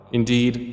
indeed